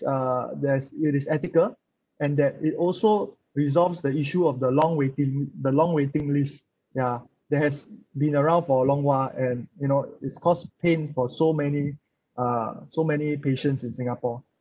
uh there's it is ethical and that it also resolves the issue of the long waiting the long waiting list ya that has been around for a long while and you know it's caused pain for so many uh so many patients in singapore